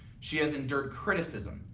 she has endured criticism,